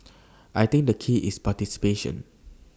I think the key is participation